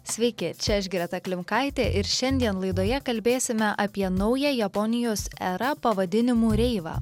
sveiki čia aš greta klimkaitė ir šiandien laidoje kalbėsime apie naują japonijos erą pavadinimu reiva